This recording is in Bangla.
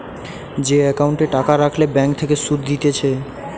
যে একাউন্টে টাকা রাখলে ব্যাঙ্ক থেকে সুধ দিতেছে